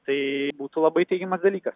tai būtų labai teigiamas dalykas